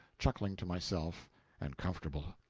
chuckling to myself and comfortable.